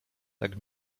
tak